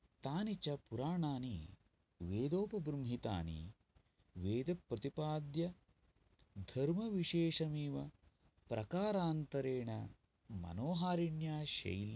तानि च पुराणानि वेदोपबृम्हितानि वेदप्रतिपाद्यधर्मविशेषमेव प्रकारान्तरेण मनोहारिण्या शैल्या